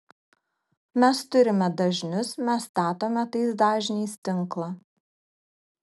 mes turime dažnius mes statome tais dažniais tinklą